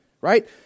right